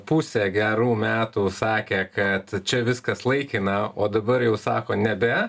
pusę gerų metų sakė kad čia viskas laikina o dabar jau sako nebe